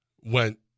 went